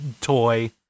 toy